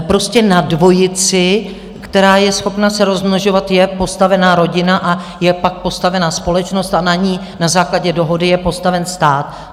Prostě na dvojici, která je schopna se rozmnožovat, je postavena rodina a je pak postavena společnost a na ní na základě dohody je postaven stát.